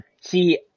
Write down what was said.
see